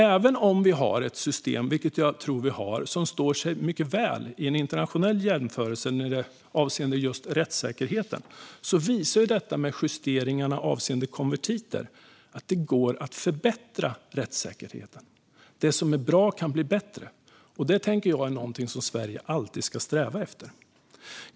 Även om vi har ett system som står sig mycket väl i en internationell jämförelse avseende just rättssäkerhet, vilket jag tror att vi har, visar detta med justeringarna avseende konvertiter att det går att förbättra rättssäkerheten. Det som är bra kan bli bättre. Det är något som Sverige alltid ska sträva efter, tänker jag.